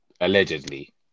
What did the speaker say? allegedly